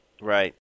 Right